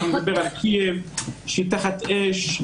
אנחנו נדבר על קייב שהיא תחת אש,